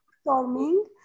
storming